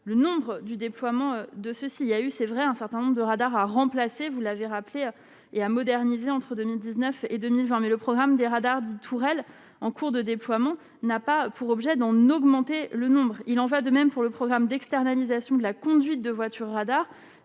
le nombre du déploiement de ceci, il y a eu, c'est vrai, un certain nombre de radars à remplacer, vous l'avez rappelé et à moderniser, entre 2000 19 et 2020, mais le programme des radars du Tour, elle en cours de déploiement n'a pas pour objet d'en augmenter le nombre, il en va de même pour le programme d'externalisation de la conduite de voiture radar